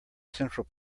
central